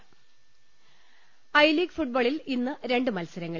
ട I league ഫുട്ബോളിൽ ഇന്ന് രണ്ട് മത്സരങ്ങൾ